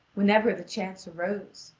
whenever the chance arose.